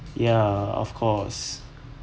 ya of course